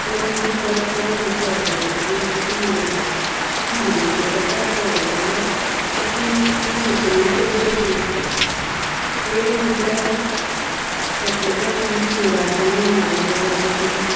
ताका लागून आमी परत परत तुमच्या हाॅटेलांतल्यान वस्तू मागयतात पूण हल्लिच्या तेंपार पळयलें जाल्यार तातूंत कांय सुचोवणी करच्यो अश्यो दिसतात पयलीं म्हटल्यार फाटले खेप आमी शिवराक जेवण मागयल्लें जाल्यार तुमी